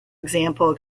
example